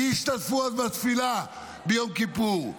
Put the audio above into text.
מי השתתפו עוד בתפילה ביום כיפור?